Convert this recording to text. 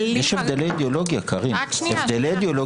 יש הבדלי ביולוגיה אמיתיים.